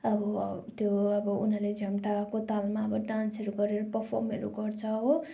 अब त्यो अब उनीहरूले झ्यामटाको तालमा अब डान्स गरेर पर्फमहरू गर्छ हो